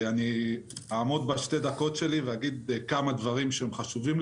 אני אעמוד בשתי הדקות שלי ואגיד כמה דברים שהם חשובים,